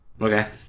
Okay